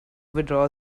withdraw